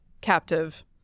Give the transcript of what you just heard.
captive